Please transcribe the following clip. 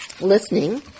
listening